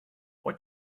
what